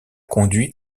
conduit